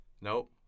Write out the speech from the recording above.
Nope